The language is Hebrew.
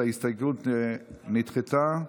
ההסתייגות נדחתה.